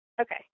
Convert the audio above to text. Okay